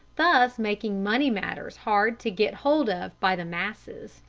thus making money-matters hard to get hold of by the masses.